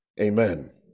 Amen